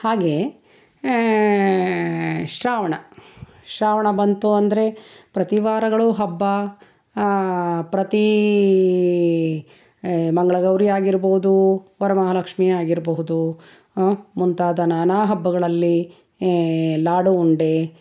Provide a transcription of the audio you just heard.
ಹಾಗೇ ಶ್ರಾವಣ ಶ್ರಾವಣ ಬಂತು ಅಂದರೆ ಪ್ರತಿ ವಾರಗಳು ಹಬ್ಬ ಪ್ರತಿ ಮಂಗಳಗೌರಿ ಆಗಿರಬಹುದು ವರಮಹಾಲಕ್ಷ್ಮಿ ಆಗಿರಬಹುದು ಮುಂತಾದ ನಾನಾ ಹಬ್ಬಗಳಲ್ಲಿ ಲಾಡುಉಂಡೆ